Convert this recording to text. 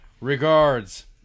Regards